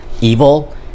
evil